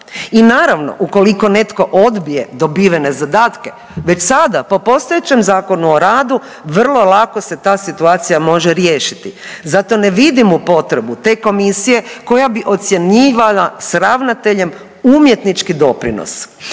I naravno ukoliko netko odbije dobivene zadatke već sada po postojećem Zakonu o radu vrlo lako se ta situacija može riješiti. Zato ne vidimo potrebu te komisije koja bi ocjenjivala s ravnateljem umjetnički doprinos.